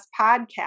podcast